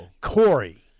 Corey